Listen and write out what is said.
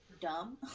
dumb